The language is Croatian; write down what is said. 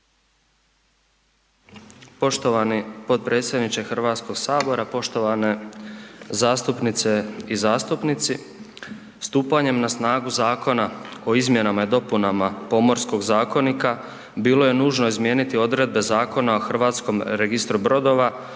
Poštovani potpredsjedniče HS, poštovane zastupnice i zastupnici. Stupanjem na snagu Zakona o izmjenama i dopunama Pomorskog zakonika bilo je nužno izmijeniti odredbe Zakona o hrvatskom registru brodova